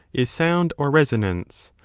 is sound or resonance,